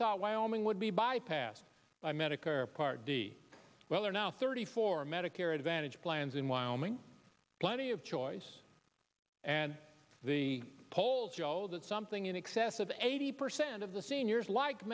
thought wyoming would be bypassed by medicare part d well they're now thirty four medicare advantage plans in wyoming plenty of choice and the polls show that something in excess of eighty percent of the seniors like